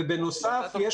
ובנוסף,